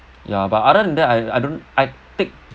ya but other than that I I don't I take